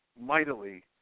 mightily